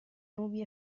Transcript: nubi